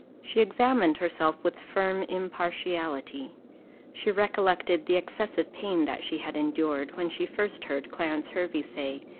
she examined herself with firm impartiality she recollected the excessive pain that she had endured, when she first heard clarence hervey say,